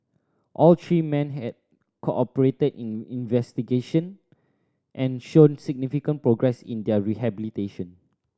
all three men had cooperated in investigation and shown significant progress in their rehabilitation